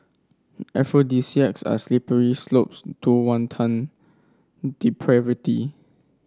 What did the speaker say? aphrodisiacs are slippery slopes to wanton depravity